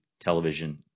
television